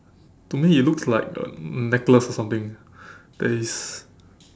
to me it looks like a necklace or something that is